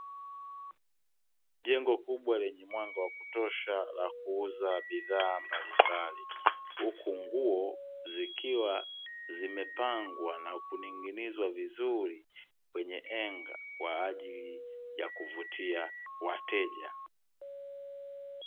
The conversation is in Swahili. Jengo kubwa lenye mwanga wa kutosha la kuuza bidhaa mbalimbali, huku nguo zikiwa zimepangwa na kuning'inizwa vizuri kwenye henga kwa ajili ya kuvutia wateja.